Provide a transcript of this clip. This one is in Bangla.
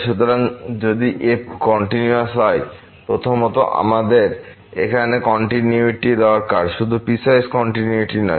সুতরাং যদি f কন্টিনিউয়াস হয় প্রথমত আমাদের এখানে কন্টিনিউয়িটি দরকার শুধু পিসওয়াইস কন্টিনিউয়িটি নয়